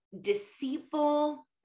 deceitful